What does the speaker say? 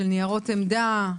של ניירות עמדה,